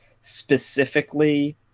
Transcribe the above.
specifically